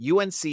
UNC